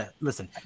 Listen